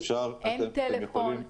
אין טלפון,